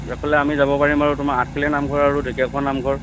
ইফালে আমি যাব পাৰিম আৰু তোমাৰ আঠখেলীয়া নামঘৰ আৰু ঢেকীয়াখোৱা নামঘৰ